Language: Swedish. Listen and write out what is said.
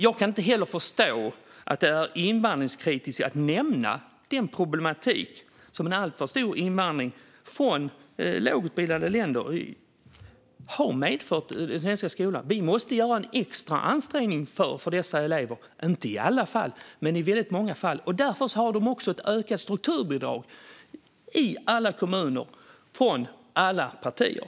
Jag kan inte heller förstå att det är invandringskritiskt att nämna den problematik som en alltför stor invandring från länder med låg utbildningsnivå har medfört i den svenska skolan. Vi måste göra en extra ansträngning för dessa elever - inte i alla fall men i väldigt många fall. Därför får de också ökat strukturbidrag i alla kommuner, från alla partier.